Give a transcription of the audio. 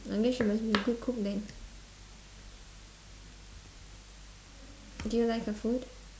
I mean she must be a good cook then do you like her food